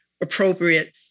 appropriate